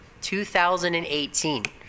2018